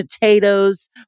potatoes